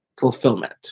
fulfillment